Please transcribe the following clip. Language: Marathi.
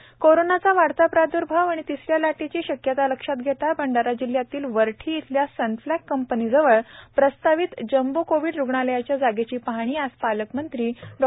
विश्वजीत कदम कोरोनाचा वाढता प्राद्भाव व तिसऱ्या लाटेची शक्यता लक्षात घेता भंडारा जिल्ह्यातील वरठी येथील सनफ्लॅग कंपनीजवळ प्रस्तावित जम्बो कोविड रुग्णालयाच्या जागेची पाहणी आज पालकमंत्री डॉ